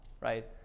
right